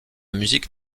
musique